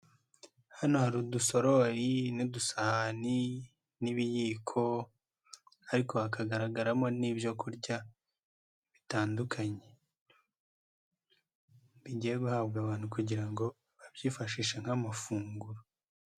Hano hari udusorori n'udusahani n'ibiyiko ariko hakagaragaramo n'ibyo kurya bitandukanye bigiye guhabwa abantu kugira ngo babyifashishe nk'amafunguro.